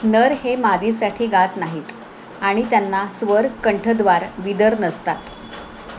नर हे मादीसाठी गात नाहीत आणि त्यांना स्वर कंठद्वार विदर नसतात